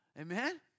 Amen